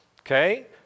okay